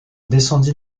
descendit